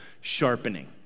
sharpening